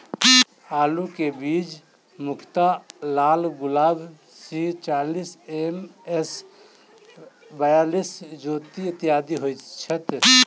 आलु केँ बीज मुख्यतः लालगुलाब, सी चालीस, एम.एस बयालिस, ज्योति, इत्यादि होए छैथ?